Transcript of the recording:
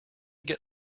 get